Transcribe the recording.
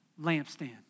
lampstand